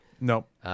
nope